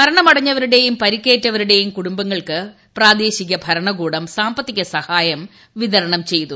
മരണപ്പെട്ടവരുടെയും പരിക്കേറ്റവരുടെയും കുടുംബങ്ങൾക്ക് പ്രാദേശിക ഭരണകൂടം സാമ്പത്തിക സഹായം വിതരണം ചെയ്തു